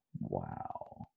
Wow